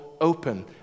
open